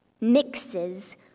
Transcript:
mixes